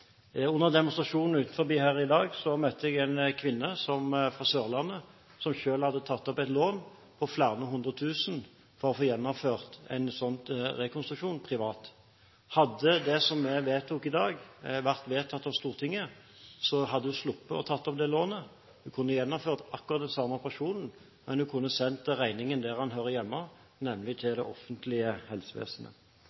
Under demonstrasjonen utenfor her i dag møtte jeg en kvinne fra Sørlandet som hadde tatt opp et lån på flere hundre tusen kroner for å få gjennomført en slik rekonstruksjon privat. Hadde det vi ønsker å vedta i dag, vært vedtatt av Stortinget, hadde hun sluppet å ta opp det lånet og kunne ha gjennomført akkurat den samme operasjonen. Men hun kunne ha sendt regningen der den hører hjemme, nemlig